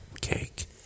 cake